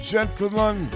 Gentlemen